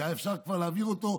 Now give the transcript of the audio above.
כשהיה אפשר כבר להעביר אותו,